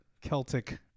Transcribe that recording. Celtic